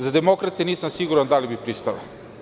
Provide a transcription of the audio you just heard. Za demokrate nisam siguran da li bi pristale.